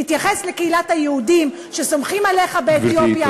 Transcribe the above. תתייחס לקהילת היהודים שסומכים עליך באתיופיה,